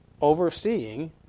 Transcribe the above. overseeing